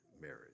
marriage